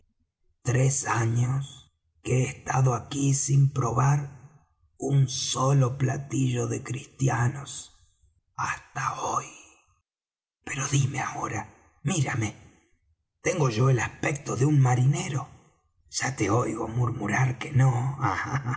tres años que he estado aquí sin probar un solo platillo de cristianos hasta hoy pero dime ahora mírame tengo yo el aspecto de un marinero ya te oigo murmurar que no